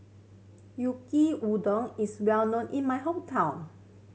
Yaki Udon is well known in my hometown